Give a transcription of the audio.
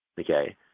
Okay